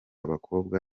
abakobwa